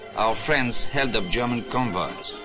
our friends held up german convoys.